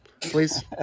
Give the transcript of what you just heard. please